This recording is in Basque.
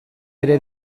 ere